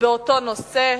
באותו נושא.